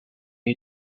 you